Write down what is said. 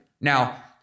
Now